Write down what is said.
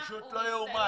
פשוט לא יאומן,